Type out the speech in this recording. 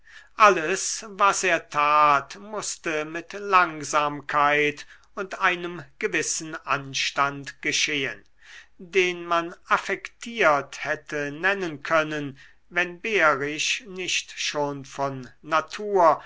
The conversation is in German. alles was er tat mußte mit langsamkeit und einem gewissen anstand geschehen den man affektiert hätte nennen können wenn behrisch nicht schon von natur